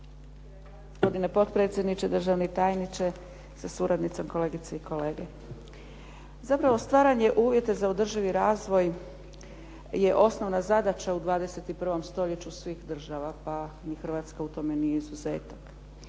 Hrvatska u tome nije izuzetak.